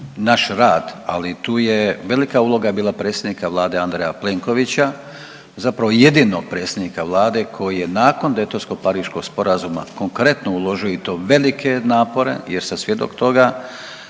naš rad, ali tu je velika uloga bila predsjednika Vlade Andreja Plenkovića, zapravo jedinog predsjednika Vlade koji je nakon Daytonskog, Pariškog sporazuma konkretno uložio i to velike napore jer sam svjedok toga